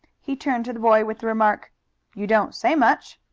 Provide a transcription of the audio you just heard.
he turned to the boy with the remark you don't say much.